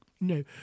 No